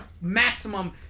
maximum